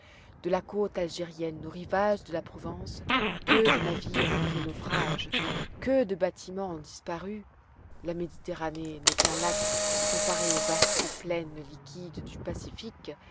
de la côte algérienne aux rivages de la provence que de navires ont fait naufrage que de bâtiments ont disparu la méditerranée n'est qu'un lac comparée aux vastes plaines liquides du pacifique